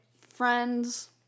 friends